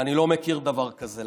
ואני לא מכיר דבר כזה.